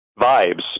vibes